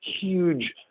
huge